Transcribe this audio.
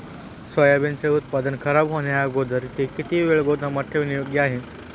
सोयाबीनचे उत्पादन खराब होण्याअगोदर ते किती वेळ गोदामात ठेवणे योग्य आहे?